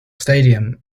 stadium